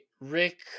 rick